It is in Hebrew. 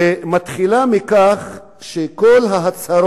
עלייה שמתחילה מכל ההצהרות